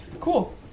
Cool